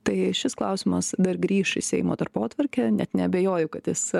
tai šis klausimas dar grįš į seimo darbotvarkę net neabejoju kad jis